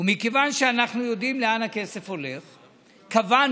מכיוון שאנחנו יודעים לאן הכסף הולך קבענו,